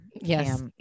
Yes